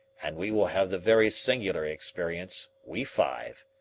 and we will have the very singular experience, we five,